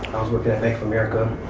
working at life america.